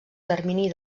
termini